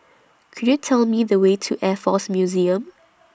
Could YOU Tell Me The Way to Air Force Museum